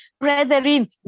Brethren